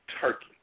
turkey